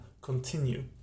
continue